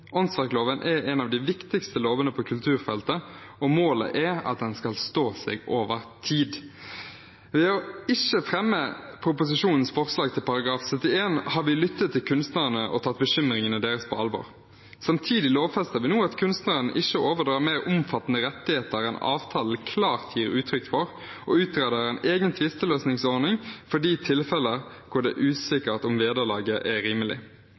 Åndsverkloven er en av de viktigste lovene på kulturfeltet, og målet er at den skal stå seg over tid. Ved ikke å fremme proposisjonens forslag til § 71 har vi lyttet til kunstnerne og tatt bekymringene deres på alvor. Samtidig lovfester vi nå at kunstneren ikke overdrar mer omfattende rettigheter enn avtalen klart gir uttrykk for, og utreder en egen tvisteløsningsordning for de tilfeller hvor det er usikkert om vederlaget er rimelig.